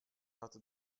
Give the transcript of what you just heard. hatte